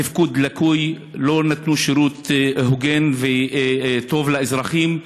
התפקוד לקוי, לא נתנו שירות הוגן וטוב לאזרחים.